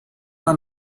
are